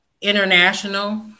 international